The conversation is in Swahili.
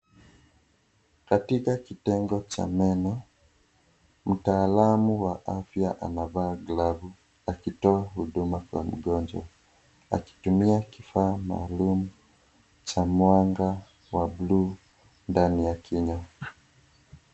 Katika kitengo cha meno, mtaalamu wa afya anavaa glavu akitoa huduma kwa mgonjwa akitumia kifaa maalum cha mwanga wa bluu ndani ya kinywa.